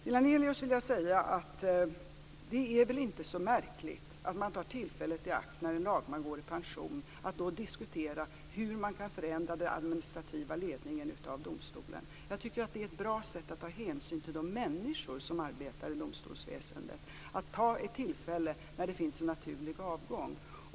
Till Aurelius vill jag säga att det väl inte är så märkligt att man tar tillfället i akt när en lagman går i pension att då diskutera hur man kan förändra den administrativa ledningen av domstolen. Jag tycker att det är ett bra sätt att ta hänsyn till de människor som arbetar i domstolsväsendet att begagna ett tillfälle när det finns en naturlig avgång.